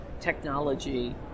technology